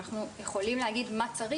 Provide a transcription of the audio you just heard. אנחנו יכולים להגיד מה צריך,